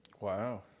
wow